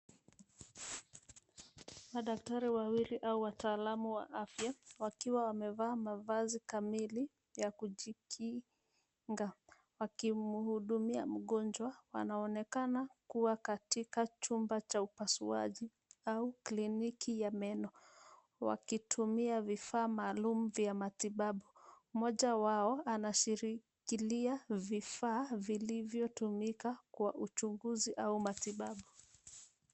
Madaktari wawili au wataalamu wa afya, wakiwa wamevaa mavazi kamili ya kujikinga, wakimhudumia mgonjwa. Wanaonekana kuwa katika chumba cha upasuaji au kliniki ya meno, wakitumia vifaa maalumu vya matibabu. Mmoja wao anashikilia vifaa vilivyotumika kwa uchunguzi au matibabu.